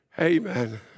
Amen